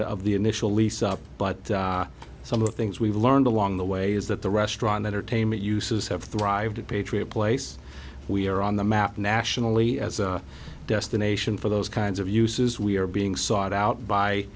of the initial lease up but some of the things we've learned along the way is that the restaurant entertainment uses have thrived patriot place we are on the map nationally as a destination for those kinds of uses we are being sought out by